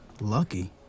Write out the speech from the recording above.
Lucky